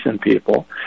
people